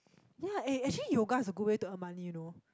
ya eh actually yoga is a good way to earn money you know